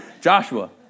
Joshua